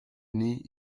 nie